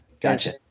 Gotcha